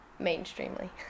mainstreamly